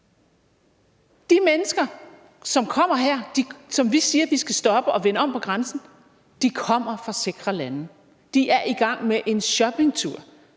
De mennesker, som kommer hertil, og som vi siger at vi skal stoppe og vende om ved grænsen, kommer fra sikre lande, og de er i gang med en shoppingtur.